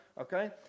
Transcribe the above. okay